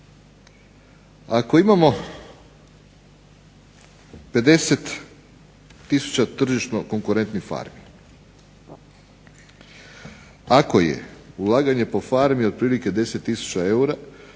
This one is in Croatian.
Ako imamo 50 tisuća tržišno konkurentnih farmi, ako je ulaganje po farmi otprilike 10 tisuća eura,